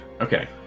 Okay